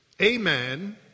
amen